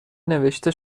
نوشته